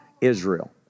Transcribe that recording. Israel